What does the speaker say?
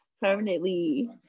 permanently